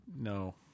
no